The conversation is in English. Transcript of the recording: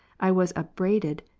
i was upbraided,